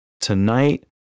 tonight